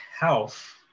health